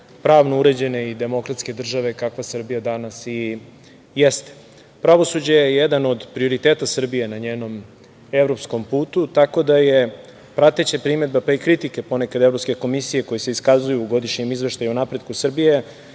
pravno uređene i demokratske države, kakva Srbija danas i jeste. Pravosuđe je jedan od prioriteta Srbije, na njenom evropskom putu, tako da je prateća primedba i kritike povremeno Evropske komisije, koje se iskazuju u godišnjem izveštaju o napretku Srbije,